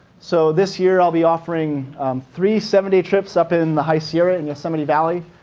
so this year i'll be offering three seven day trips up in the high sierra in yosemite valley.